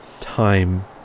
time